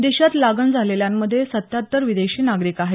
देशात लागण झालेल्यांमध्ये सत्त्याहत्तर विदेशी नागरिक आहेत